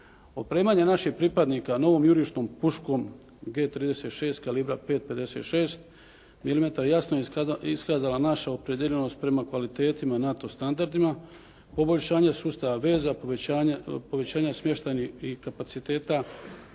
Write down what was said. Opremanje naših pripadnika novom jurišnom puškom G 36 kalibra 5, 56 milimetara jasno je iskazana naša opredijeljenost prema kvalitetima i NATO standardima, poboljšanje sustava veza, povećanje smještajnih kapaciteta